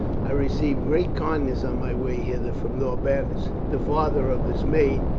i received great kindness on my way hither from norbanus, the father of this maid.